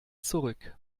zurück